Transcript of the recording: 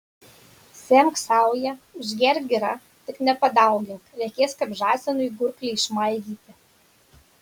semk sauja užgerk gira tik nepadaugink reikės kaip žąsinui gurklį išmaigyti